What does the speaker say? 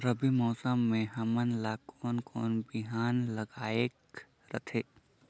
रबी मौसम मे हमन ला कोन कोन बिहान लगायेक रथे?